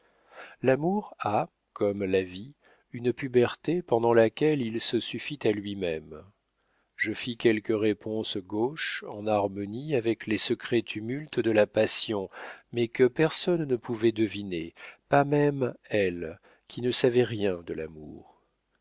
l'amour a comme la vie une puberté pendant laquelle il se suffit à lui-même je fis quelques réponses gauches en harmonie avec les secrets tumultes de la passion mais que personne ne pouvait deviner pas même elle qui ne savait rien de l'amour